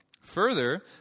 Further